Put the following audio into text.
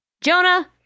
Jonah